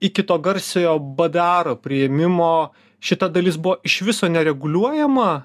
iki to garsiojo badaro priėmimo šita dalis buvo iš viso nereguliuojama